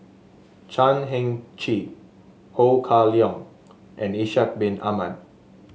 Chan Heng Chee Ho Kah Leong and Ishak Bin Ahmad